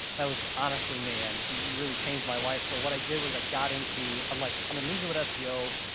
that was honestly me and you really changed my life. so what i did was i got into. i'm like, i'm a ninja with seo.